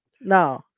no